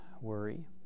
worry